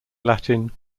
latin